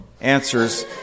answers